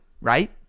right